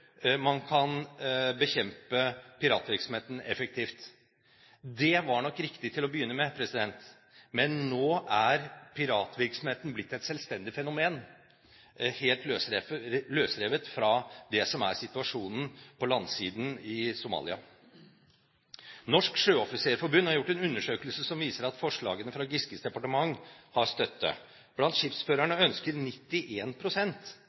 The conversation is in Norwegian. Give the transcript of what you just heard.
man kan bekjempe piratvirksomheten effektivt. Det var nok riktig til å begynne med, men nå er piratvirksomheten blitt et selvstendig fenomen, helt løsrevet fra det som er situasjonen på landsiden i Somalia. Norsk Sjøoffisersforbund har gjort en undersøkelse som viser at forslagene fra Giskes departement har støtte. Blant skipsførerne